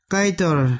Kaitor